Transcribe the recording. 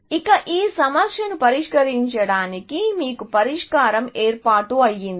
ఇక ఈ సమస్యను పరిష్కరించడానికి మీకు పరిష్కారం ఏర్పాటు అయింది